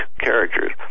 characters